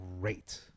great